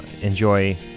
enjoy